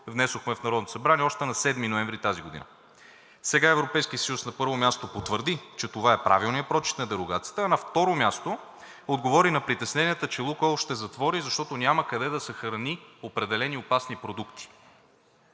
внесохме в Народното събрание още на 7 ноември тази година. Сега Европейският съюз на първо място потвърди, че това е правилният прочит на дерогацията, а на второ място отговори на притесненията, че „Лукойл“ ще затвори, защото няма къде да съхрани определени опасни продукти,